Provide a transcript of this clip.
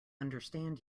understand